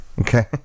Okay